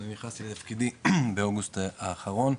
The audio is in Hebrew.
אני נכנסתי לתפקידי באוגוסט האחרון.